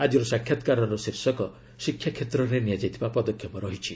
ଆଜିର ସାକ୍ଷାତ୍କାରର ଶୀର୍ଷକ 'ଶିକ୍ଷାକ୍ଷେତ୍ରରେ ନିଆଯାଇଥିବା ପଦକ୍ଷେପ' ରହିଛି